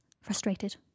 frustrated